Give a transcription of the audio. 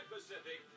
Pacific